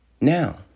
now